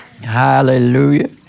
Hallelujah